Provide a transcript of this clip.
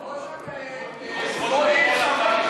קודם, לא.